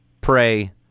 Pray